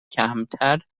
کمتر